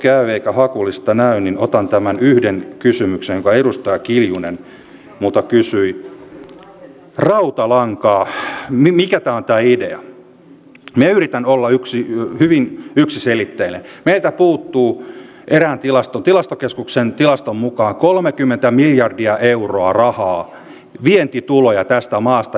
ja kun me olemme katsoneet sosiaali ja terveysvaliokunnassa näitä vaikutusten arviointeja niin on ihan fakta tämä on tosiasia että kun te teette säästöjä nämä säästöt te kohdennatte niihin jotka ovat kaikkein alimmassa tulokymmenyksessä